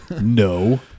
No